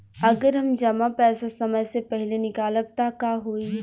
अगर हम जमा पैसा समय से पहिले निकालब त का होई?